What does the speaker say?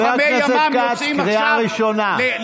קריאה ראשונה.